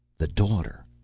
the daughter!